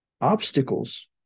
Obstacles